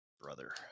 Brother